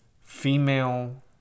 female